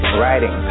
writing